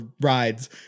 rides